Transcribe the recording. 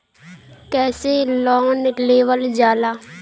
कैसे लोन लेवल जाला?